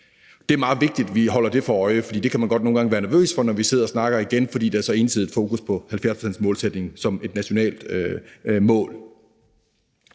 Det er meget vigtigt, at vi holder os det for øje, for det kan man godt nogle gange være nervøs for, når vi sidder og snakker, igen fordi der er så ensidigt fokus på 70-procentsmålsætningen som et nationalt mål.